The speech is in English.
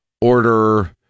order